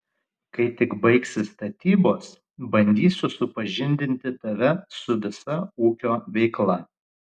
kai tik baigsis statybos bandysiu supažindinti tave su visa ūkio veikla